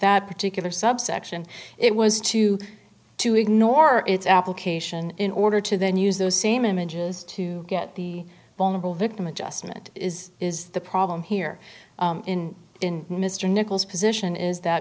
that particular subsection it was to to ignore its application in order to then use those same images to get the vulnerable victim adjustment is is the problem here in in mr nichols position is that